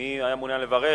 מי היה מעוניין לברך?